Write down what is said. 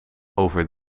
over